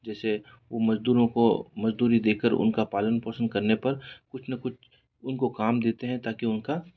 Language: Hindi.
जैसे वो मज़दूरों को मज़दूरी देकर उनका पालन पोषण करने पर कुछ न कुछ उनको काम देते हैं ताकि उनका